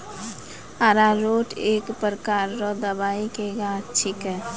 अरारोट एक प्रकार रो दवाइ के गाछ छिके